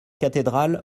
cathédrale